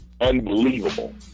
unbelievable